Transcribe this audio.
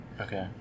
Okay